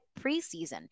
preseason